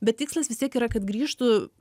bet tikslas vis tiek yra kad grįžtų